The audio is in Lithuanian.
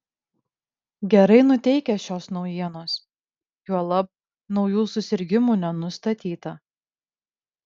gerai nuteikia šios naujienos juolab naujų susirgimų nenustatyta